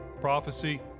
prophecy